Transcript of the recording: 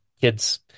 kids